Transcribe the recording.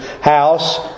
house